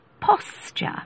posture